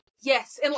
Yes